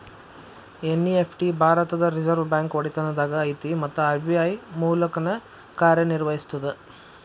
NEFT ಭಾರತದ್ reserve bank ಒಡೆತನದಾಗ ಐತಿ ಮತ್ತ ಆರ್.ಬಿ.ಐ ಮೂಲಕನ ಕಾರ್ಯನಿರ್ವಹಿಸ್ತದ